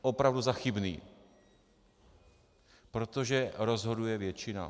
Opravdu za chybný, protože rozhoduje většina.